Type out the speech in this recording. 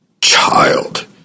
Child